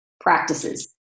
practices